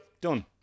done